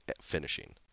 finishing